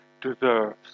deserves